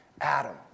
Adam